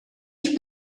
ich